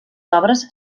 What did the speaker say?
obres